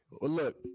look